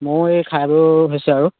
মই এই খাই বৈ হৈছে আৰু